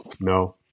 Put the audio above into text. no